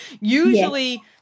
Usually